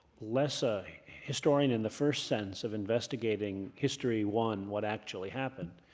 less a historian in the first sentence of investigating history, one, what actually happened,